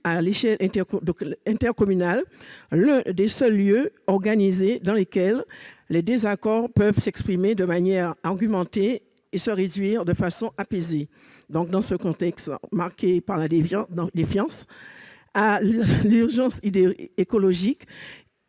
à l'échelle intercommunale, l'un des seuls lieux organisés dans lesquels les désaccords peuvent s'exprimer de manière argumentée et se résorber de façon apaisée. Dans un contexte marqué par la défiance et l'urgence écologique,